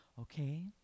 okay